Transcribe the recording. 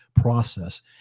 process